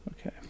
Okay